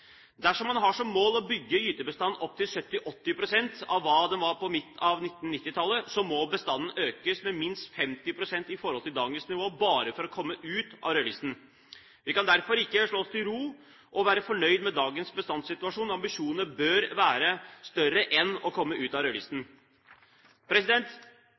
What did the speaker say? Dersom man har som mål å bygge gytebestanden opp til 70–80 pst. av hva den var midt på 1990-tallet, må bestanden økes med minst 50 pst. i forhold til dagens nivå bare for å komme ut av rødlisten. Vi kan derfor ikke slå oss til ro og være fornøyd med dagens bestandssituasjon. Ambisjonene bør være større enn å komme ut av